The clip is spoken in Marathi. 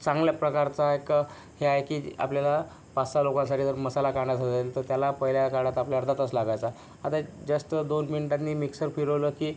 चांगल्या प्रकारचा एक हे आहे की आपल्याला पाच सहा लोकांसाठी जर मसाला काढायचा असेल तर त्याला पहिल्या काळात आपल्या अर्धा तास लागायचा आता जास्त दोन मिनटांनी मिक्सर फिरवला की